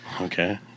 Okay